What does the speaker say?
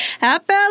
Happy